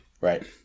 Right